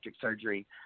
surgery